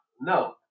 No